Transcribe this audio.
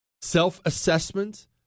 self-assessment